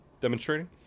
demonstrating